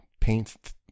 paint